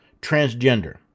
transgender